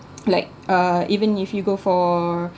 like uh even if you go for